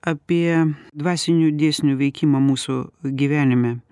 apie dvasinių dėsnių veikimą mūsų gyvenime